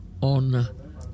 on